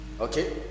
okay